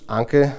anche